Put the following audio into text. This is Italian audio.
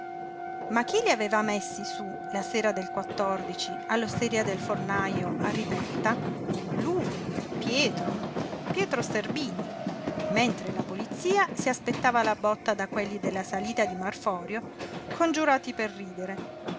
ma chi li aveva messi sú la sera del all osteria del fornajo a ripetta lui pietro pietro sterbini mentre la polizia si aspettava la botta da quelli della salita di marforio congiurati per ridere